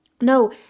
no